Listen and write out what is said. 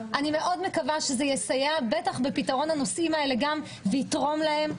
-- ואני מאוד מקווה שזה יסייע בטח בפתרון הנושאים האלה גם ויתרום להם,